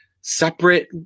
separate